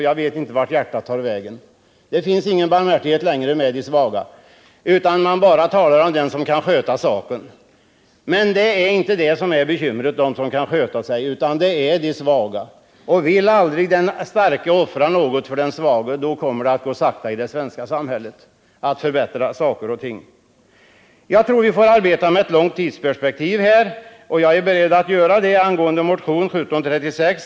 Jag vet inte vart hjärtat har tagit vägen därvidlag — det finns inte längre någon barmhärtighet med de svaga, utan man talar bara om dem som kan sköta alkoholen. Men bekymren gäller inte dem som kan sköta sig, utan här gäller det de svaga. Vill inte den starke offra något för den svage, då kommer det att gå sakta att förbättra saker och ting i det svenska samhället. Jag tror att vi får arbeta med ett långt tidsperspektiv, och jag är beredd att göra det vad beträffar kraven i motion nr 1736.